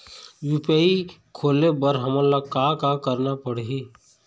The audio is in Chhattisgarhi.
यू.पी.आई खोले बर हमन ला का का करना पड़ही?